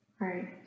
Right